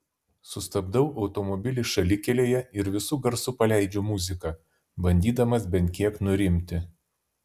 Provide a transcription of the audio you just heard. sustabdau automobilį šalikelėje ir visu garsu paleidžiu muziką bandydamas bent kiek nurimti